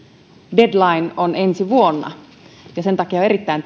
deadline on ensi vuonna ja sen takia on erittäin